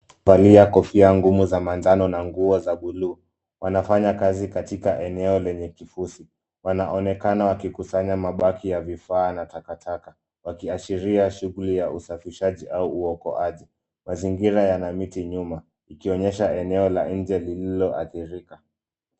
Wamevalia kofia ngumu za manjano na nguo za buluu. Wanafanya kazi katika eneo lenye kifusi. Wanaonekana wakikusanya mabaki ya vifaa na takataka, wakiashiria shughuli ya usafishaji au uokoaji. Mazingira yana miti nyuma, ikionyesha eneo la nje lilioharibika.